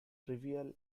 trivial